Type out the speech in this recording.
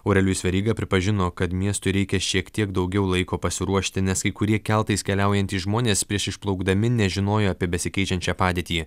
aurelijus veryga pripažino kad miestui reikia šiek tiek daugiau laiko pasiruošti nes kai kurie keltais keliaujantys žmonės prieš išplaukdami nežinojo apie besikeičiančią padėtį